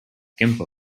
gimpo